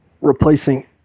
replacing